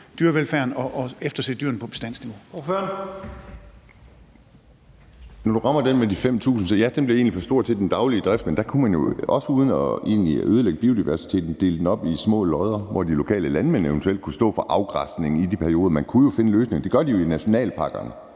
Edberg Andersen (NB): Når du nævner den med de 5.000 ha, så ja; den blev egentlig for stor til den daglige drift. Der kunne man jo også uden egentlig at ødelægge biodiversiteten dele den op i små lodder, hvor de lokale landmænd eventuelt kunne stå for afgræsningen i de perioder; man kunne jo finde en løsning. Det gør de jo i nationalparkerne,